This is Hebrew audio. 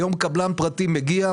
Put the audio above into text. היום קבלן פרטי מגיע,